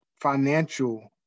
financial